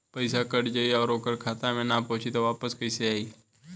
पईसा कट जाई और ओकर खाता मे ना पहुंची त वापस कैसे आई?